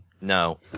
No